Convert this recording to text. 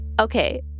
Okay